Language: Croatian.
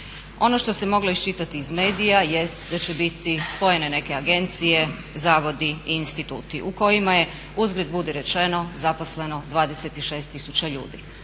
Ono što se moglo iščitati iz medija jest da će biti spojene neke agencije, zavodi i instituti u kojima je uzgred budi rečeno zaposleno 26 000 ljudi.